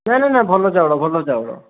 ନା ନା ନା ଭଲ ଚାଉଳ ଭଲ ଚାଉଳ